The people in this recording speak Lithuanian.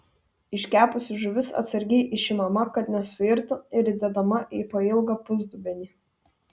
iškepusi žuvis atsargiai išimama kad nesuirtų ir įdedama į pailgą pusdubenį